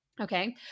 Okay